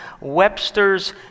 Webster's